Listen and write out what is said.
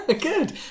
Good